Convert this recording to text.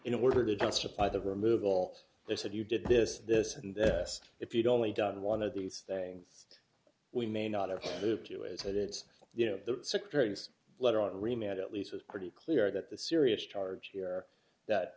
in order to justify the removal they said you did this this and if you'd only done one of these things we may not have moved to is that it's you know the secretary's letter or email at least is pretty clear that the serious charge here that